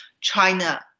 China